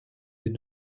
des